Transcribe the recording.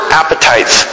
appetites